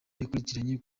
yakurikiranye